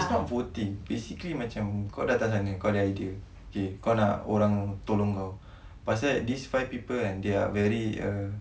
it's not voting basically macam kau datang sana kau ada idea okay kau nak orang tolong kau pasal this five people they are very uh